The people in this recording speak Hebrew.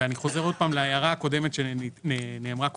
אני חוזר שוב להערה הקודמת שנאמרה קודם.